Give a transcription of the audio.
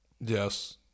Yes